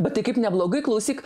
bet tai kaip neblogai klausyk